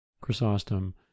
chrysostom